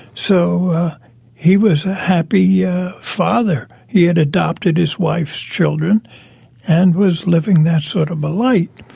so he was a happy yeah father. he had adopted his wife's children and was living that sort of a life.